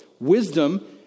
wisdom